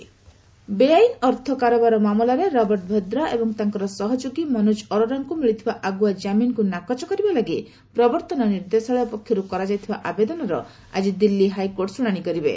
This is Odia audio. ହାଇକୋର୍ଟ ରବର୍ଟ ଭଦ୍ରା ବେଆଇନ ଅର୍ଥ କାରବାର ମାମଲାରେ ରବର୍ଟ ଭଦ୍ରା ଏବଂ ତାଙ୍କର ସହଯୋଗୀ ମନୋଜ ଆରୋରାଙ୍କୁ ମିଳିଥିବା ଆଗୁଆ ଜାମିନକୁ ନାକଚ କରିବା ଲାଗି ପ୍ରବର୍ତ୍ତନ ନିର୍ଦ୍ଦେଶାଳୟ ପକ୍ଷରୁ କରାଯାଇଥିବା ଆବେଦନର ଆକି ଦିଲ୍ଲୀ ହାଇକୋର୍ଟ ଶୁଣାଣି କରିବେ